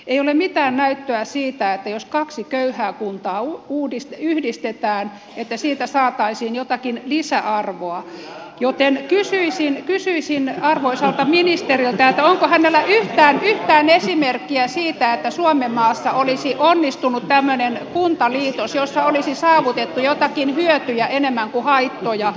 ei ole mitään näyttöä siitä että jos kaksi köyhää kuntaa yhdistetään siitä saataisiin jotakin lisäarvoa joten kysyisin arvoisalta ministeriltä onko hänellä yhtään esimerkkiä siitä että suomenmaassa olisi onnistunut tämmöinen kuntaliitos jossa olisi saavutettu joitakin hyötyjä enemmän kuin haittoja